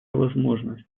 возможность